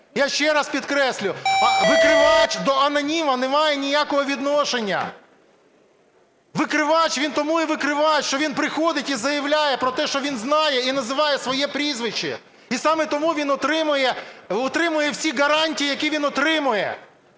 Я ще раз підкреслюю, викривач до аноніма не має ніякого відношення. Викривач він тому і викривач, що він приходить і заявляє про те, що він знає і називає своє прізвище, і саме тому він отримує всі гарантії, які він отримує.